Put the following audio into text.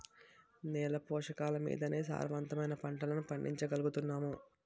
నేల పోషకాలమీదనే సారవంతమైన పంటలను పండించగలుగుతున్నాం